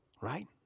right